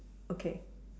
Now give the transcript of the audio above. okay